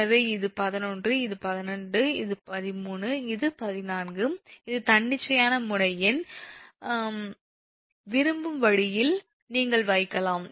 எனவே இது 11 இது 12 இது 13 இது 14 இது தன்னிச்சையான முனை எண் விரும்பும் வழியில் நீங்கள் வைக்கலாம்